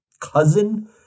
cousin